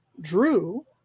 Drew